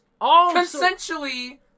consensually